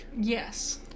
yes